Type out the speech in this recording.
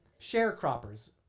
sharecroppers